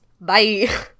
Bye